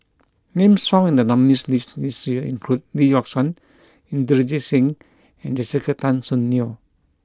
names found in the nominees' list this year include Lee Yock Suan Inderjit Singh and Jessica Tan Soon Neo